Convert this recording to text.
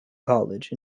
college